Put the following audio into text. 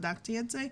בדקתי את זה.